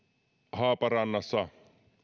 haaparannassa